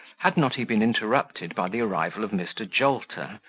had not he been interrupted by the arrival of mr. jolter,